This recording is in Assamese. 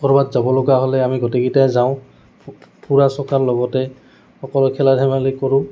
ক'ৰবাত যাব লগা হ'লে আমি গোটেইকেইটাই যাওঁ ফুৰা চকাৰ লগতে সকলো খেলা ধেমালি কৰোঁ